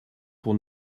pour